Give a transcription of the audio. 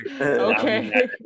Okay